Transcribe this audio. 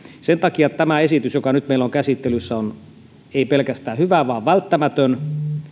sen takia tämä esitys joka nyt meillä on käsittelyssä ei ole pelkästään hyvä vaan välttämätön